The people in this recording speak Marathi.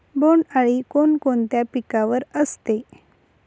बोंडअळी कोणकोणत्या पिकावर असते?